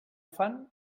fan